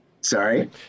Sorry